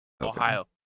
Ohio